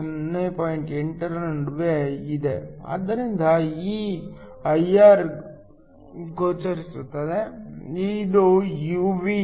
8 ರ ನಡುವೆ ಇದೆ ಆದ್ದರಿಂದ ಈ ಐಆರ್ ಗೋಚರಿಸುತ್ತದೆ ಇದು ಯುವಿ